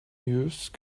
use